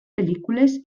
pel·lícules